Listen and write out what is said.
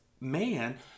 man